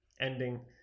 ending